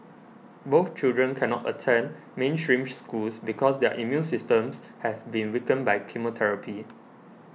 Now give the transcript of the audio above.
both children cannot attend mainstream schools because their immune systems have been weakened by chemotherapy